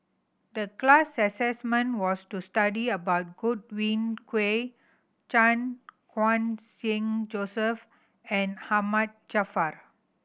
the class assignment was to study about Godwin Koay Chan Khun Sing Joseph and Ahmad Jaafar